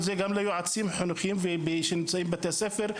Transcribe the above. זה גם ליועצים חינוכיים שנמצאים בבתי הספר,